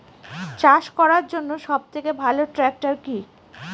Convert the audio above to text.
চাষ করার জন্য সবথেকে ভালো ট্র্যাক্টর কি?